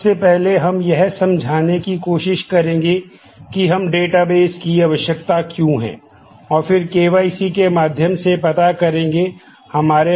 सबसे पहले हम यह समझाने की कोशिश करेंगे कि हमें डेटाबेस जो इस कोर्स में हमारी मदद करेंगे